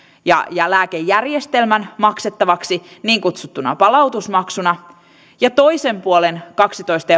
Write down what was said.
ja ja lääkejärjestelmän maksettavaksi niin kutsuttuna palautusmaksuna ja toisen puolen kaksitoista